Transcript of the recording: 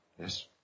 Yes